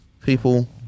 people